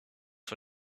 for